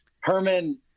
Herman